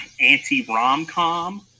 anti-rom-com